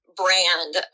brand